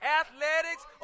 athletics